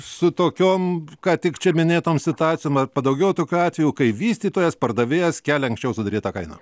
su tokiom ką tik čia minėtom situacijom ar padaugėjo tokių atvejų kai vystytojas pardavėjas kelia anksčiau suderėtą kainą